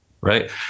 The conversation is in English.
Right